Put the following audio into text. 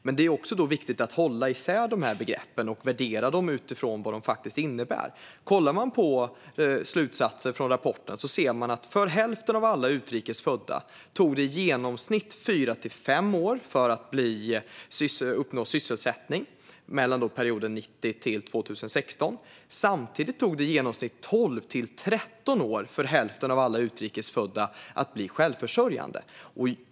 Men då är det också viktigt att hålla isär de här begreppen och värdera dem utifrån vad de faktiskt innebär. Kollar man på slutsatserna från rapporten ser man att för hälften av alla utrikes födda tog det i genomsnitt 4-5 år att uppnå sysselsättning under perioden 1990-2016. Samtidigt tog det i genomsnitt 12-13 år för hälften av alla utrikes födda att bli självförsörjande.